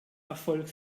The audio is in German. erfolg